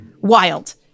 wild